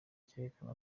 cyerekana